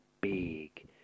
big